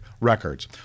Records